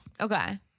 okay